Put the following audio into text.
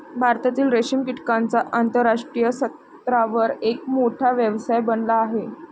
भारतातील रेशीम कीटकांचा आंतरराष्ट्रीय स्तरावर एक मोठा व्यवसाय बनला आहे